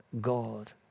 God